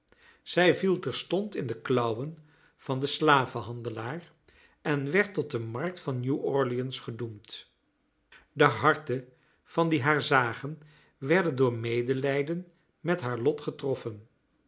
zij viel terstond in de klauwen van den slavenhandelaar en werd tot de markt van new-orleans gedoemd de harten van die haar zagen werden door medelijden met haar lot getroffen